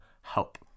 help